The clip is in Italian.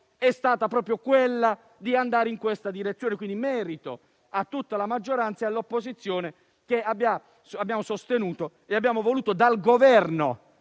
è stata proprio di andare in questa direzione: il merito va a tutta la maggioranza e all'opposizione che ha sostenuto e ha voluto dal Governo